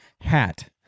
hat